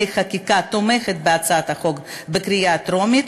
חקיקה תומכת בהצעת החוק בקריאה הטרומית,